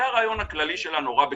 זה הרעיון הכללי שלה נורא בקיצור.